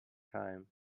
time